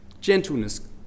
gentleness